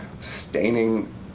staining